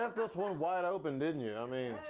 this one wide open, didn't you? i mean